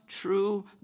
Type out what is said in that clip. true